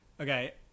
Okay